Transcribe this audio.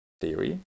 theory